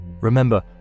Remember